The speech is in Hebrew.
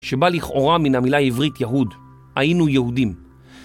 שבה לכאורה מן המילה העברית יהוד, היינו יהודים.